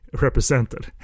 represented